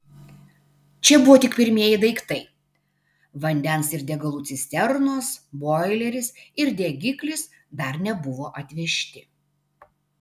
čia buvo tik pirmieji daiktai vandens ir degalų cisternos boileris ir degiklis dar nebuvo atvežti